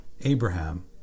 Abraham